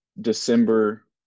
December